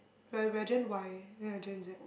we're we're Gen-Y they're Gen-Z